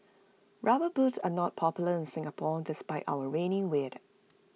rubber boots are not popular in Singapore despite our rainy weather